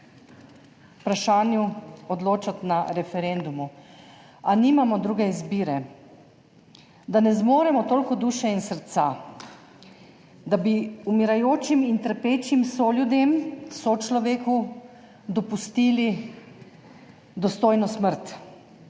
vprašanju odločati na referendumu, a nimamo druge izbire, da ne zmoremo toliko duše in srca, da bi umirajočim in trpečim soljudem, sočloveku, dopustili dostojno smrt,